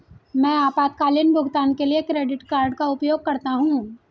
मैं आपातकालीन भुगतान के लिए क्रेडिट कार्ड का उपयोग करता हूं